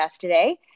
today